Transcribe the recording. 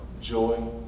joy